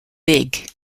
big